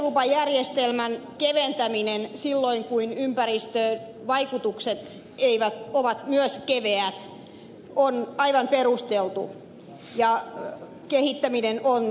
ympäristölupajärjestelmän keventäminen silloin kun ympäristövaikutukset ovat myös keveät on aivan perusteltua ja kehittäminen on todella tärkeää